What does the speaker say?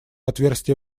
отверстия